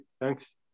Thanks